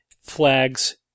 flags